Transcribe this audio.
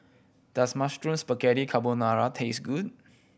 does Mushroom Spaghetti Carbonara taste good